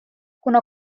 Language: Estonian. kuna